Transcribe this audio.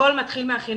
הכול מתחיל מהחינוך.